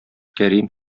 кәрим